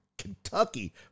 kentucky